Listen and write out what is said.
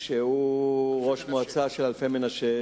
שהוא ראש המועצה של אלפי-מנשה,